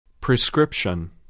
Prescription